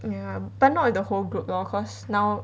ya but not the whole group lor cause now